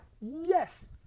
yes